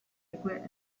segue